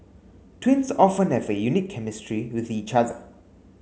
twins often have a unique chemistry with each other